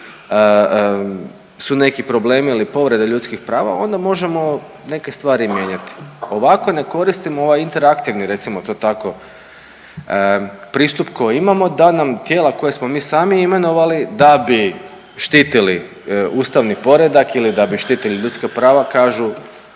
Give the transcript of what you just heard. su neki problemi ili povrede ljudskih prava onda možemo neke stvari i mijenjati. A ovako ne koristimo ovaj interaktivni recimo to tako pristup koji imamo da nam tijela koja smo mi sami imenovali da bi štitili ustavni poredak ili da bi štitili ljudska prava kažu